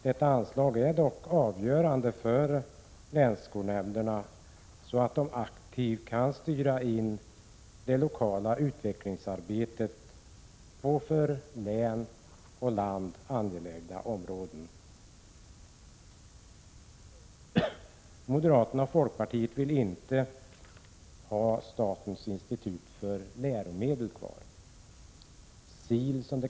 Dessa anslag är dock avgörande för att länsskolnämnderna aktivt skall kunna styra in det lokala utvecklingsarbetet på för län och land angelägna områden. Moderaterna och folkpartiet vill inte ha kvar statens institut för läromedel, SIL.